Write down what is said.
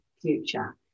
future